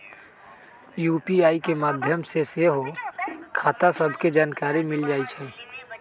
UPI के माध्यम से सेहो खता सभके जानकारी मिल जाइ छइ